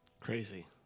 Crazy